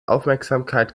aufmerksamkeit